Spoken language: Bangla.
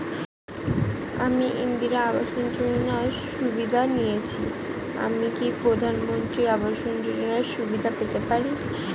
আমি ইন্দিরা আবাস যোজনার সুবিধা নেয়েছি আমি কি প্রধানমন্ত্রী আবাস যোজনা সুবিধা পেতে পারি?